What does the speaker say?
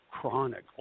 chronic